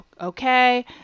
Okay